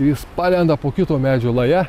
jis palenda po kito medžio laja